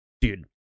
dude